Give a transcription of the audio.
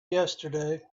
yesterday